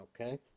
Okay